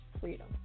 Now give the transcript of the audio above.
Freedom